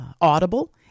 Audible